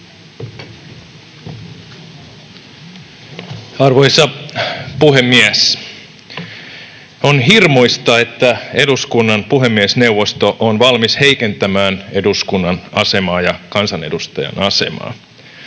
Arvoisa puhemies! On hirmuista, että eduskunnan puhemiesneuvosto on valmis heikentämään eduskunnan asemaa ja kansanedustajan asemaa.